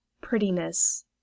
prettiness